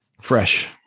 fresh